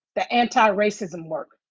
the antiracism work.